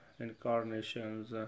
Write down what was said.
incarnations